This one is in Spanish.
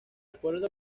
acuerdo